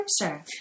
Sure